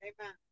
Amen